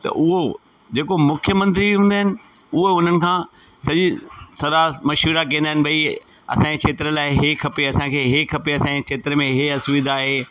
त उहो जेको मुख्यमंत्री हूंदा आहिनि उहो हुननि खां सॼी सलाह मशवरा कंदा आहिनि भई असांजे खेत्र लाइ इहे खपे असांखे इहे खपे असांजे खेत्र में ई असुविधा आहे